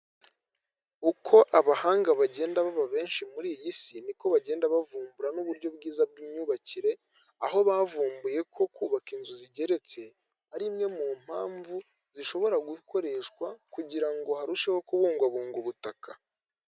Uko abahanga bagenda baba benshi muri iyi si niko bagenda bavumbura n'uburyo bwiza bw'imyubakire, aho bavumbuye ko kubaka inzu zigeretse ari imwe mu mpamvu zishobora gukoreshwa kugira ngo harusheho kubugwabugwa ubutaka.